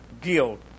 guilt